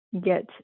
get